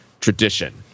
tradition